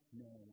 no